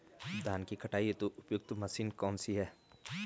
धान की कटाई हेतु उपयुक्त मशीन कौनसी है?